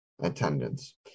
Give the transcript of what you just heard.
attendance